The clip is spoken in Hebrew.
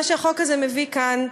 מה שהחוק הזה מביא כאן,